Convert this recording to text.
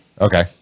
okay